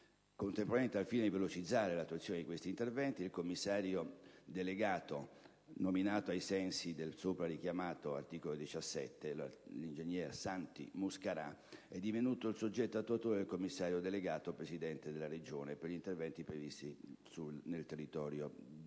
Contemporaneamente, al fine di velocizzare l'attuazione degli interventi, il commissario straordinario delegato, ai sensi del richiamato articolo 17, ingegner Santi Muscarà, è divenuto il soggetto attuatore del commissario delegato - Presidente della Regione Siciliana per gli altri interventi previsti nel territorio di